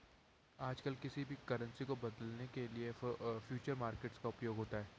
आजकल किसी भी करन्सी को बदलवाने के लिये फ्यूचर मार्केट का उपयोग होता है